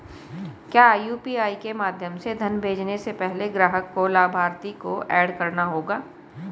क्या यू.पी.आई के माध्यम से धन भेजने से पहले ग्राहक को लाभार्थी को एड करना होगा?